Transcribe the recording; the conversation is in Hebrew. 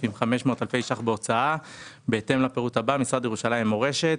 אלפי ₪ בהוצאה בהתאם לפירוט הבא: משרד ירושלים מורשת